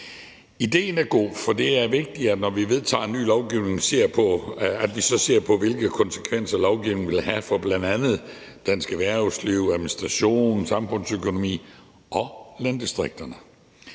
Idéen er god. For det er vigtigt, at vi, når vi vedtager ny lovgivning, ser på, hvilke konsekvenser lovgivningen vil have for bl.a. dansk erhvervsliv, administrationen, samfundsøkonomien og landdistrikterne.